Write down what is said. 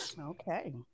okay